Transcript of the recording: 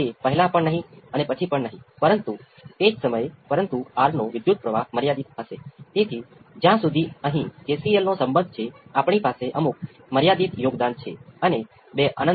આપણી પાસે R C છે V C F V C N by d t V C F V C N V p cos ω t 5 નું સમય સાથે વિકલન